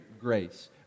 grace